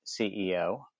CEO